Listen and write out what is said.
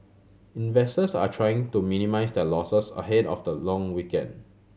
investors are trying to minimise their losses ahead of the long weekend